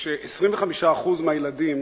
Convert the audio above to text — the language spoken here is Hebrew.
ש-25% מהילדים